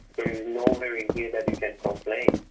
there is nowhere in here that you can complain,